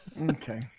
Okay